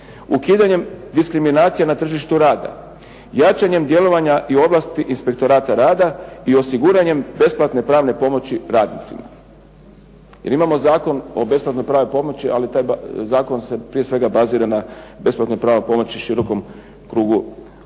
ukidanjem diskriminacije na tržištu rada, jačanjem djelovanja i odlasci inspektorata rada i osiguranjem besplatne pravne pomoći radnicima. Jer imamo Zakon o besplatnoj pravnoj pomoći, ali zakon se prije svega bazira na besplatnoj pravnoj pomoći širokom krugu